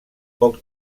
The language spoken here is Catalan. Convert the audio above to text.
poc